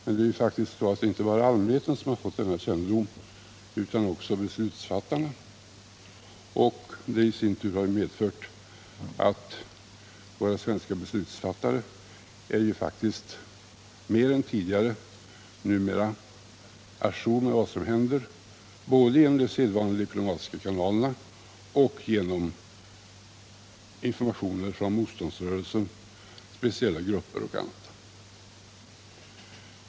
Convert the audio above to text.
Men det är inte bara allmänheten som fått denna kännedom utan även beslutsfattarna. Och det har i sin tur medfört att våra svenska beslutsfattare nu mer än tidigare är å jour med vad som händer, både genom de sedvanliga diplomatiska kanalerna och genom informationer från motståndsrörelser, speciella grupper etc.